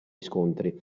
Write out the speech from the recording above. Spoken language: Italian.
scontri